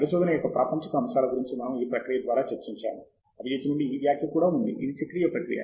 పరిశోధన యొక్క ప్రాపంచిక అంశాల గురించి మనము ఈ ప్రక్రియ ద్వారా చర్చించాము అబిజిత్ నుండి ఈ వ్యాఖ్య కూడా ఉంది ఇది చక్రీయ ప్రక్రియ